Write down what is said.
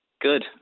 Good